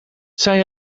zij